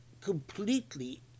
completely